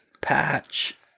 patch